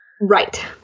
Right